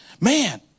Man